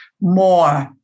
more